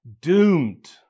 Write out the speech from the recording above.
doomed